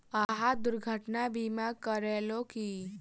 अहाँ दुर्घटना बीमा करेलौं की?